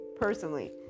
personally